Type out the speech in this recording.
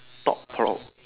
thought provoke